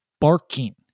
barking